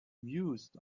mused